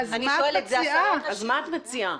אז מה את מציעה?